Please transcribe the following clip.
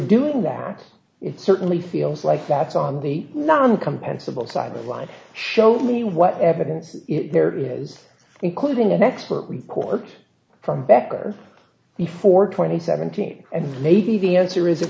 doing that it certainly feels like that's on the non compensable side line show me what evidence there is including an expert report from backers before twenty seventeen and maybe the answer is